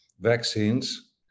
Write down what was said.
vaccines